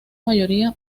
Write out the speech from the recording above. mayoría